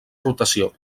rotació